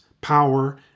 power